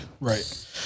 Right